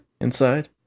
inside